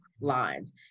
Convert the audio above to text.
lines